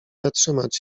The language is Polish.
zatrzymać